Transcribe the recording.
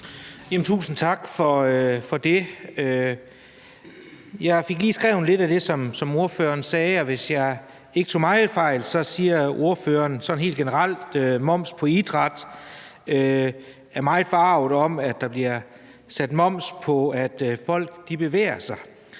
Tusind tak for det. Jeg fik lige skrevet lidt af det, som ordføreren sagde, ned, og hvis jeg ikke tager meget fejl, siger ordføreren sådan helt generelt i forhold til moms på idræt, at han er meget forarget over, at der bliver lagt moms på, at folk bevæger sig.